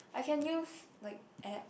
I can use like apps